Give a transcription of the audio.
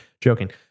Joking